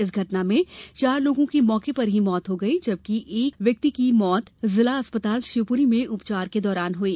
इस घटना में चार लोगों की मौत मौके पर ही हुई जबकि एक व्यक्ति की मृत्यु जिला चिकित्सालय शिवपुरी में उपचार के दौरान हुई